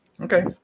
okay